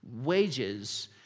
wages